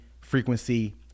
frequency